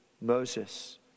Moses